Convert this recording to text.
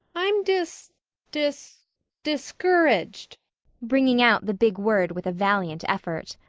i'm dis dis discouraged bringing out the big word with a valiant effort.